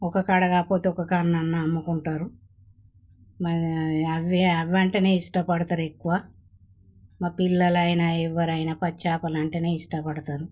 ఒక కాడ కాకపోతే ఒక కాడనన్నా అమ్ముకుంటారు మరి అవి అవ్వంటేనే ఇష్టపడతారు ఎక్కువ మా పిల్లలైనా ఎవ్వరైనా పచ్చి చేపలంటేనే ఇష్టపడతారు